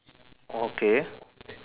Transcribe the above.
okay